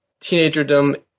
teenagerdom